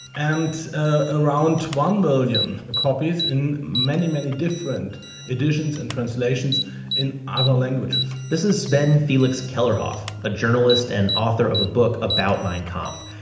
and ah around one million copies in many, many different editions and translations in other languages this is sven felix kellerhoff, a journalist and author of a book about mein kampf.